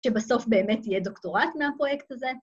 ‫שבסוף באמת יהיה דוקטורט ‫מהפרויקט הזה.